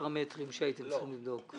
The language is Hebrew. פרמטרים שהייתם צריכים לבדוק?